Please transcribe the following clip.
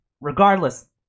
regardless